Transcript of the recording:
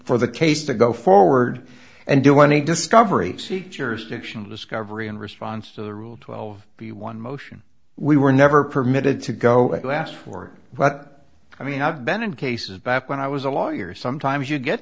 for the case to go forward and do any discovery jurisdictional discovery in response to the rule twelve b one motion we were never permitted to go to ask for but i mean i've been in cases back when i was a lawyer sometimes you get